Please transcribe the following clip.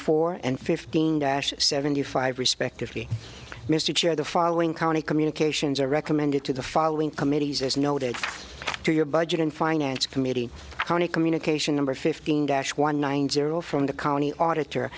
four and fifteen dash seventy five respectively mr chair the following county communications are recommended to the following committees as noted to your budget and finance committee county communication number fifteen dash one nine zero from the county auditor